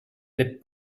les